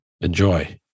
Enjoy